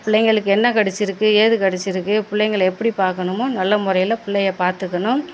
பிள்ளைங்களுக்கு என்ன கடித்து இருக்குது ஏது கடித்து இருக்குது பிள்ளைங்கள எப்படி பார்க்கணுமோ நல்ல முறையில பிள்ளைய பார்த்துக்கணும்